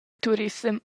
turissem